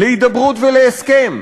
להידברות ולהסכם.